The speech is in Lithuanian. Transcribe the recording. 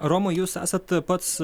romai jūs esat pats